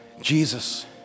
Jesus